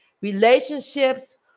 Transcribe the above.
relationships